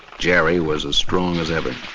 jerry was as strong as ever.